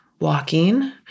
walking